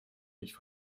nicht